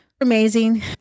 amazing